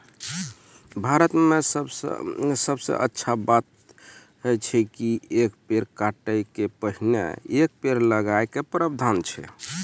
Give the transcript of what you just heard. भारत मॅ सबसॅ अच्छा बात है छै कि एक पेड़ काटै के पहिने एक पेड़ लगाय के प्रावधान छै